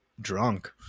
drunk